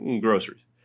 groceries